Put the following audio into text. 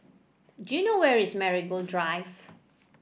do you know where is Marigold Drive